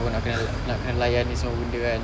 aku nak kena aku nak kena layan ni semua benda kan